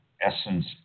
essence